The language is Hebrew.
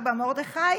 סבא מרדכי.